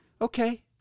Okay